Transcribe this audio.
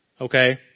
Okay